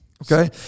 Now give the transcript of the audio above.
Okay